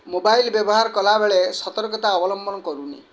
mobile ବ୍ୟବହାର କଲା ବେଳେ ସର୍ତକତା ଅବଲମ୍ବନ କରୁନି